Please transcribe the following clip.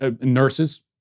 nurses